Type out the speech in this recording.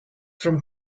from